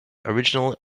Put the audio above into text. original